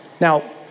Now